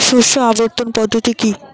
শস্য আবর্তন পদ্ধতি কি?